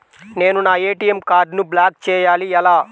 నేను నా ఏ.టీ.ఎం కార్డ్ను బ్లాక్ చేయాలి ఎలా?